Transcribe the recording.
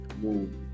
move